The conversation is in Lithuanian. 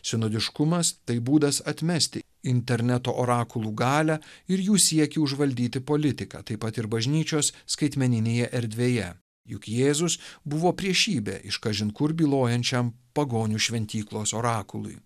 sinodiškumas tai būdas atmesti interneto orakulų galią ir jų siekį užvaldyti politiką taip pat ir bažnyčios skaitmeninėje erdvėje juk jėzus buvo priešybė iš kažin kur bylojančiam pagonių šventyklos orakului